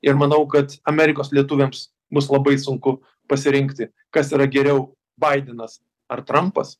ir manau kad amerikos lietuviams bus labai sunku pasirinkti kas yra geriau baidenas ar trampas